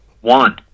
One